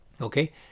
Okay